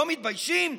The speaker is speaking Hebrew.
לא מתביישים?